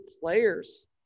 players